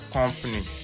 Company